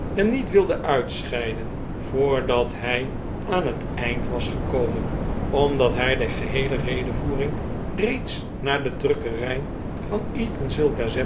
en niet wilde uitscheiden voordat hij aan het eind was gekomen omdat hij de geheele redevoering reeds naar de drukkerij van